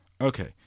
Okay